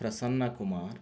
Prasannakumar